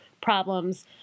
problems